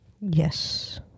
Yes